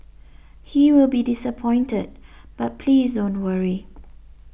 he will be disappointed but please don't worry